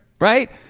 Right